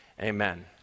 amen